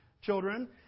children